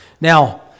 Now